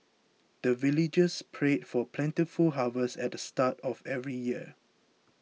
the villagers pray for plentiful harvest at the start of every year